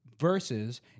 Versus